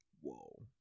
Whoa